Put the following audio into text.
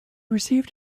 received